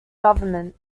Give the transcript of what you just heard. government